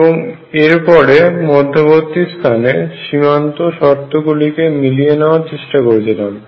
এবং এর পরে মধ্যবর্তি স্থানে সীমান্ত শর্তগুলিকে মিলিয়ে নেওয়ার চেষ্টা করেছিলাম